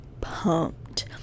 pumped